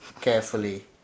carefully